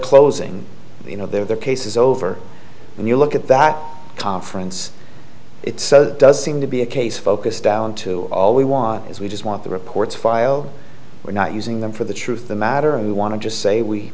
closing you know their case is over and you look at that conference it's so does seem to be a case focused down to all we want is we just want the reports filed we're not using them for the truth of the matter and we want to just say we